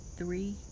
three